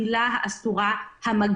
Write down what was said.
במילים אחרות: אם יש לנו עשרה חולים,